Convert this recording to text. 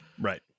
Right